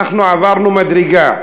אנחנו עברנו מדרגה,